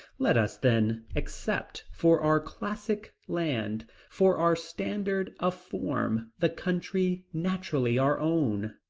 let us then accept for our classic land, for our standard of form, the country naturally our own.